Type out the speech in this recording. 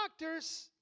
doctors